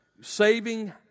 Saving